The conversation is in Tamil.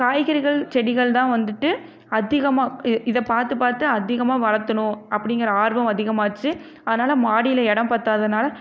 காய்கறிகள் செடிகள் தான் வந்துவிட்டு அதிகமாக இ இதை பார்த்து பார்த்து அதிகமாக வளர்த்தணும் அப்படிங்கிற ஆர்வம் அதிகமாச்சு அதனால் மாடியில இடம் பத்தாதனால